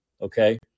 Okay